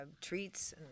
treats